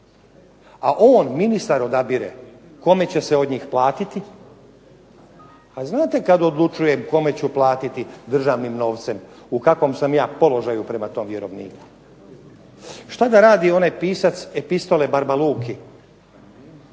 a on ministar odabire kome će se od njih platiti. A znate kad odlučujem kome ću platiti državnim novcem u kakvom sam ja položaju prema tom vjerovniku. Što da radi onaj pisac epistole barba Luki